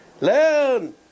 Learn